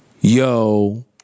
yo